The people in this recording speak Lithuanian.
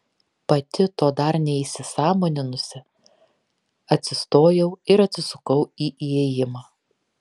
pati to dar neįsisąmoninusi atsistojau ir atsisukau į įėjimą